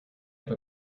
have